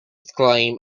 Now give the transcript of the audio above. claim